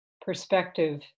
perspective